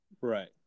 Right